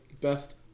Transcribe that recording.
best